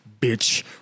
bitch